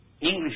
English